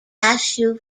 cashew